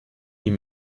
ihm